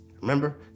Remember